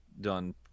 done